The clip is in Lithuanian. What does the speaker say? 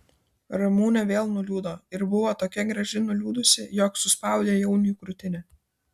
ramunė vėl nuliūdo ir buvo tokia graži nuliūdusi jog suspaudė jauniui krūtinę